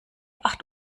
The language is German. acht